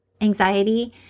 anxiety